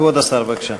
כבוד השר, בבקשה.